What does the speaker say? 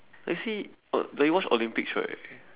actually but you watch Olympics right